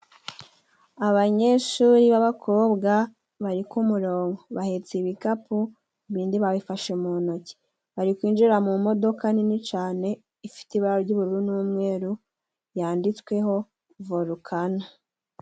Abanyeshuri b'abakobwa bari ku murongo. Bahetse ibikapu ibindi babifashe mu ntoki. Bari kwinjira mu modoka nini cane ifite ibara ry'ubururu n'umweru, yanditsweho Volukano.